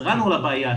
התרענו על הבעיה,